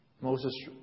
Moses